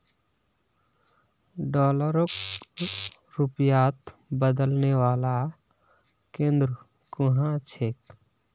डॉलरक रुपयात बदलने वाला केंद्र कुहाँ छेक